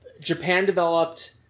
Japan-developed